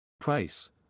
Price